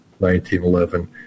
1911